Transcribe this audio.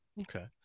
Okay